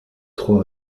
trois